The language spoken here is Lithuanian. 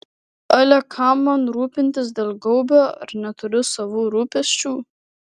ale kam man rūpintis dėl gaubio ar neturiu savų rūpesčių